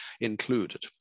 included